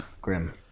Grim